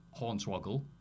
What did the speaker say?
Hornswoggle